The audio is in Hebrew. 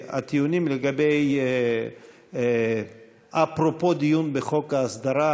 הטיעונים לגבי אפרופו דיון בחוק ההסדרה,